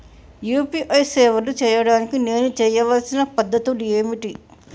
UPI సేవలు చేయడానికి నేను చేయవలసిన పద్ధతులు ఏమిటి?